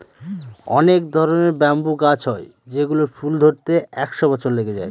অনেক ধরনের ব্যাম্বু গাছ হয় যেগুলোর ফুল ধরতে একশো বছর লেগে যায়